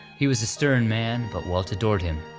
he was a stern man, but walt adored him,